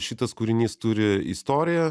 šitas kūrinys turi istoriją